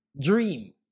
dream